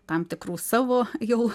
tam tikrų savo jau